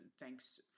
Thanks